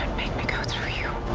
me go through you.